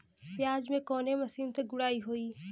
प्याज में कवने मशीन से गुड़ाई होई?